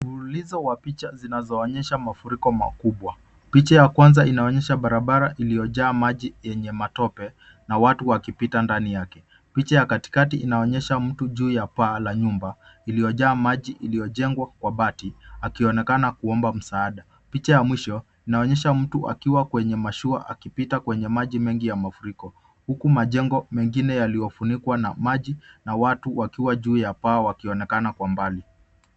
Mfululizo wa picha zinazoonyesha mafuriko makubwa. Picha ya kwanza inaonyesha barabara iliojaa maji yenye matope na watu wakipita ndani yake. Picha ya katikati inaonyesha mtu juu ya paa la nyumba iliojaa maji iliojengwa kwa bati. Akionekana kuomba msaada. Picha ya mwisho inaonyesha mtu akiwa kwenye mashua akipita kwenye maji mengi ya mafuriko. Huku majengo mengine yaliofunikwa na maji na watu wakiwa juu ya paa wakionekana kwa mbali.